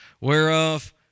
whereof